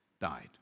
died